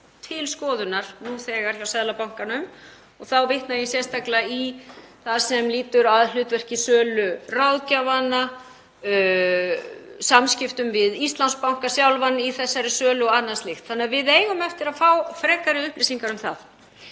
til skoðunar nú þegar hjá Seðlabankanum og þá vitna ég sérstaklega í það sem lýtur að hlutverki söluráðgjafanna, samskiptum við Íslandsbanka sjálfan í þessari sölu og annað slíkt, þannig að við eigum eftir að fá frekari upplýsingar um það.